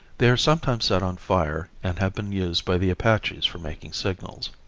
they are sometimes set on fire and have been used by the apaches for making signals.